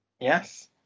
Yes